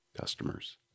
customers